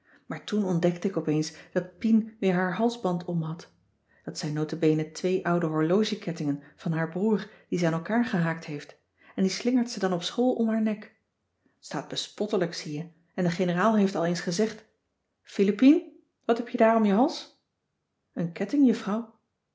maar toen ontdekte ik opeens dat pien weer haar halsband omhad dat zijn nota bene twee oude horlogekettingen van haar broer die ze aan elkaar gehaakt heeft en die slingert ze dan op school om haar nek t staat bespottelijk zie je en de generaal heeft al eens gezegd philippien wat heb je daar om je hals n ketting juffrouw